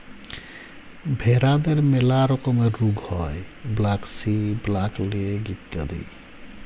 ভেরাদের ম্যালা রকমের রুগ হ্যয় ব্র্যাক্সি, ব্ল্যাক লেগ ইত্যাদি